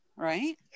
Right